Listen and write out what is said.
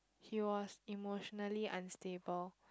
he was emotionally unstable